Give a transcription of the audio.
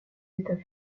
états